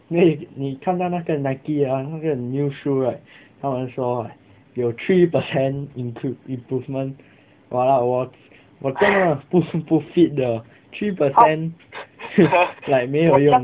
因为你看到那个 Nike ah 那个 new shoe right 他们说 right 有 three percent improve~improvement !walao! 我我真的不是不 fit 的 three percent like 没有用 leh